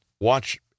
Watch